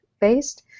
based